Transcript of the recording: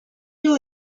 you